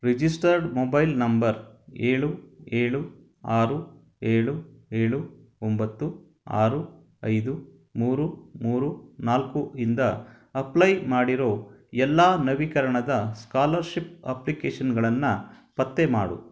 registered mobile number ಏಳು ಏಳು ಆರು ಏಳು ಏಳು ಒಂಬತ್ತು ಆರು ಐದು ಮೂರು ಮೂರು ನಾಲ್ಕು ಇಂದ ಅಪ್ಲೈ ಮಾಡಿರೋ ಎಲ್ಲ ನವೀಕರಣದ ಸ್ಕಾಲರ್ಷಿಪ್ ಅಪ್ಲಿಕೇಷನ್ಗಳನ್ನು ಪತ್ತೆ ಮಾಡು